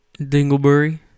Dingleberry